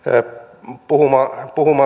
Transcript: öp puma puma